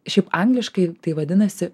šiaip angliškai tai vadinasi